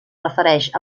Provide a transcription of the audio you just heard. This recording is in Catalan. refereix